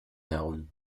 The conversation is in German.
herum